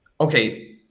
Okay